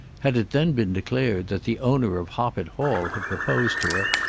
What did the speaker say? had it then been declared that the owner of hoppet hall had proposed to her,